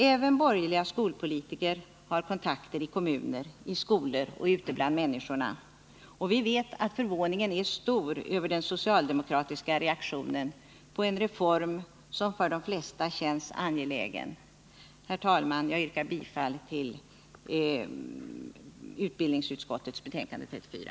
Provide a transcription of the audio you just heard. Även borgerliga skolpolitiker har kontakter i kommuner, i skolor och ute bland vanliga människor, och vi vet att förvåningen är stor över den socialdemokratiska reaktionen på en reform som för de flesta känns angelägen. Fru talman! Jag yrkar bifall till hemställan i utbildningsutskottets betänkande 34.